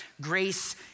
grace